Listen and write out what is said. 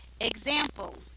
Example